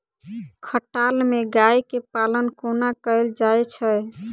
खटाल मे गाय केँ पालन कोना कैल जाय छै?